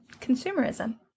consumerism